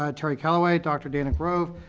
ah terry calaway, dr. dana grove,